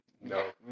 No